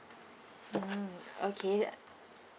mm okay